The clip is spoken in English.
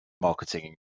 marketing